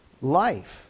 life